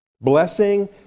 blessing